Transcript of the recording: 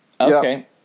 okay